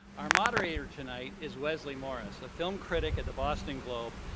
our moderator tonight is wesley morris, a film critic at the boston globe,